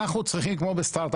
אנחנו צריכים כמו ב-start,